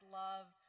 love